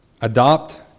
Adopt